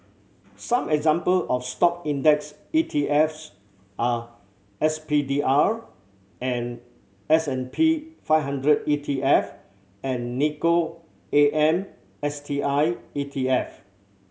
some example of Stock index E T Fs are S P D R and S and P five hundred E T F and N I K K O A M S T I E T F